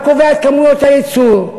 אתה קובע את כמויות הייצור.